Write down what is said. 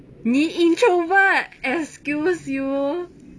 你 introvert excuse you